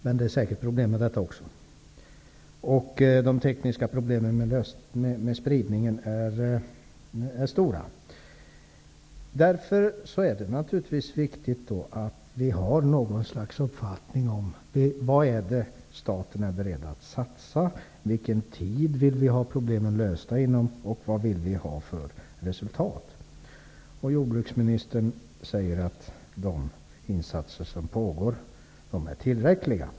Men det finns säkert problem också i det avseendet. De tekniska problemen när det gäller spridningen är stora. Därför är det viktigt att vi har en uppfattning om vad staten är beredd att satsa, om den tidsram inom vilken vi vill att problemen löses och om resultatet. Jordbruksministern säger att de insatser som görs är tillräckliga.